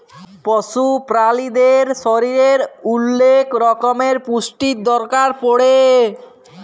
পশু প্রালিদের শরীরের ওলেক রক্যমের পুষ্টির দরকার পড়ে